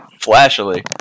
Flashily